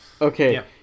okay